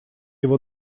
его